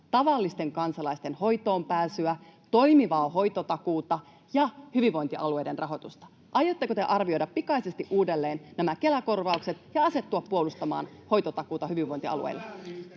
tavallisten kansalaisten hoitoonpääsyä, toimivaa hoitotakuuta ja hyvinvointialueiden rahoitusta? Aiotteko te arvioida pikaisesti uudelleen nämä Kela-korvaukset ja asettua puolustamaan hoitotakuuta hyvinvointialueille?